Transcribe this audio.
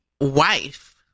wife